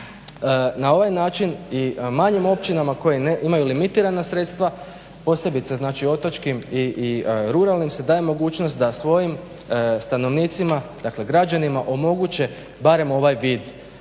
na ovaj način i manjim općinama koja imaju limitirana sredstva posebice znači otočkim i ruralnim se daje mogućnost da svojim stanovnicima, dakle građanima omoguće barem ovaj vid